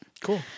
Cool